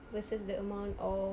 versus the amount of